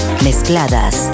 mezcladas